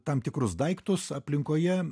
tam tikrus daiktus aplinkoje